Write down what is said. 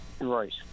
Right